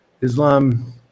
Islam